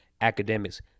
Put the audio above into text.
academics